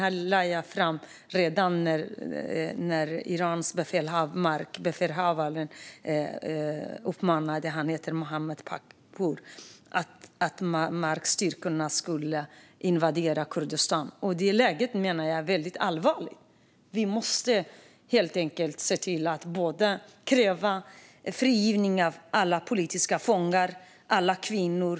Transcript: Interpellationen ställde jag redan när Irans befälhavare uppmanade - han heter Mohammed Pakpour - att markstyrkorna skulle invadera Kurdistan. Jag menar att läget är väldigt allvarligt. Vi måste helt enkelt se till att kräva frigivning av alla politiska fångar och alla kvinnor.